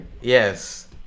Yes